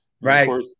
Right